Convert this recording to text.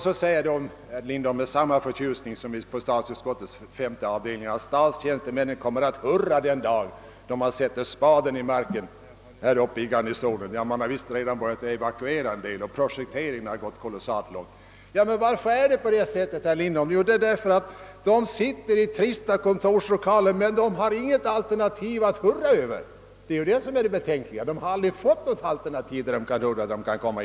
Så säger herr Lindholm — med samma förtjusning som han gjorde i statsutskottets femte avdelning — att statstjänstemännen kommer att hurra den dag man sätter spaden i marken i kvarteret Garnisonen! Ja, man har visst redan börjat evakuera en del utrymmen och projekteringen har avancerat mycket långt. Men, herr Lindholm, varför är det nu på det sättet? Det beror väl på att de anställda sitter i trista kontorslokaler, och inte har något annat alternativ än Garnisonen att hurra för! Det är det som är det väsentliga.